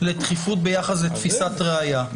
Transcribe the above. לדחיפות ביחס לתפיסת ראיה.